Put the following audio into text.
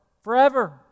Forever